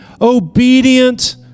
obedient